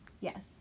Yes